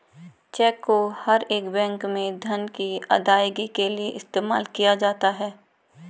check को हर एक बैंक में धन की अदायगी के लिये इस्तेमाल किया जाता है